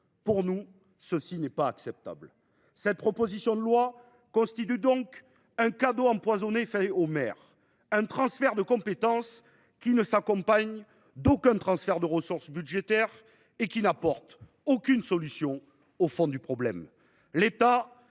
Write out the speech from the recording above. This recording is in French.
Voilà qui n’est pas acceptable ! Cette proposition de loi constitue donc un cadeau empoisonné fait aux maires : il s’agit d’un transfert de compétence qui ne s’accompagne d’aucun transfert de ressources budgétaires et qui n’apporte aucune solution au fond du problème.